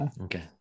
Okay